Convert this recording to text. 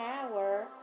tower